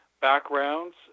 backgrounds